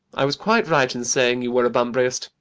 i was quite right in saying you were a bunburyist.